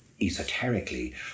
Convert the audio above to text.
esoterically